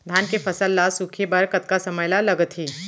धान के फसल ल सूखे बर कतका समय ल लगथे?